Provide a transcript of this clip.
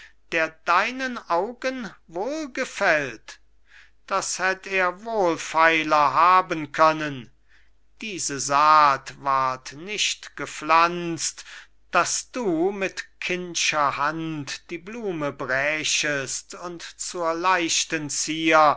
der deinen augen wohlgefällt das hätt er wohlfeiler haben können diese saat ward nicht gepflanzt daß du mit kindscher hand die blume brächest und zur leichten zier